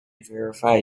verify